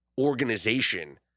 organization